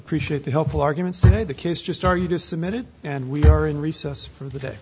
appreciate the helpful arguments today the kids just are you just a minute and we are in recess for the day